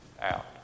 out